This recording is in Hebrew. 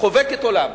חובקת עולם.